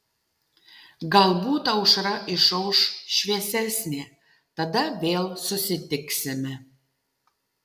galbūt aušra išauš šviesesnė tada vėl susitiksime